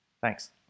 Thanks